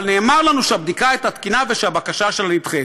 אבל נאמר לנו שהבדיקה הייתה תקינה ושהבקשה שלה נדחית.